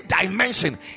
dimension